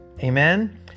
Amen